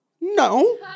No